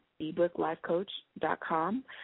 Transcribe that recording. ebooklifecoach.com